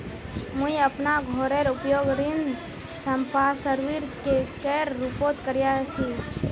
मुई अपना घोरेर उपयोग ऋण संपार्श्विकेर रुपोत करिया ही